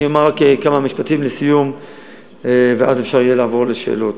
אני אומר רק כמה משפטים לסיום ואז אפשר יהיה לעבור לשאלות.